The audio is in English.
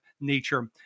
nature